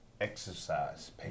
exercise